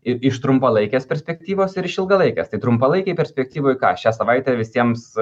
ir iš trumpalaikės perspektyvos ir iš ilgalaikės tai trumpalaikėj perspektyvoj ką šią savaitę visiems